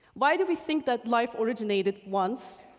why do we think that life originated once,